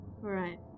right